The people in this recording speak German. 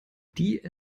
die